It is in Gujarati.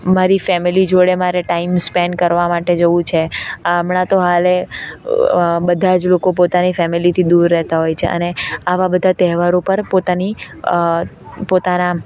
મારી ફેમેલી જોડે મારે ટાઈમ સ્પેન્ડ કરવા માટે જવું છે આ હમણાં તો હાલ બધાં જ લોકો પોતાની ફેમેલીથી દૂર રહેતા હોય છે અને આવા બધા તહેવારો પર પોતાની પોતાના